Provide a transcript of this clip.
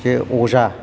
जे अजा